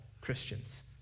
Christians